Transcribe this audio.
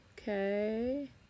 okay